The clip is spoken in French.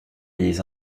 les